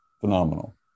Phenomenal